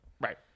right